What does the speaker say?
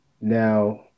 Now